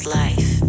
life